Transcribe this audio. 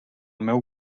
meu